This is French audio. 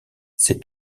sais